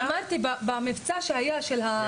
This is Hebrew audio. ואני מברך אותך על הדיון החשוב הזה,